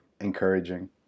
encouraging